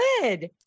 Good